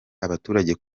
abaturage